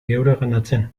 geureganatzen